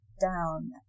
down